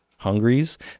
hungries